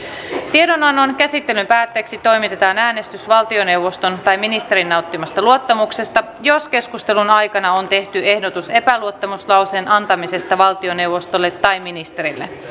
tiedonannon käsittelyn päätteeksi toimitetaan äänestys valtioneuvoston tai ministerin nauttimasta luottamuksesta jos keskustelun aikana on tehty ehdotus epäluottamuslauseen antamisesta valtioneuvostolle tai ministerille